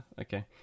okay